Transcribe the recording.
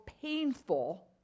painful